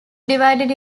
divided